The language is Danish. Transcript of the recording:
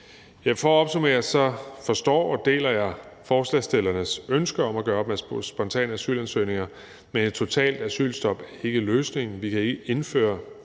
For at opsummere: Jeg forstår og deler forslagsstillernes ønske om at gøre op med spontane asylansøgninger, men et totalt asylstop er ikke løsningen. Vi kan ikke indføre et